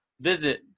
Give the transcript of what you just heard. visit